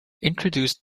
introduced